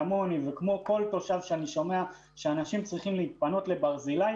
שלא יצטרכו להתפנות לברזילי.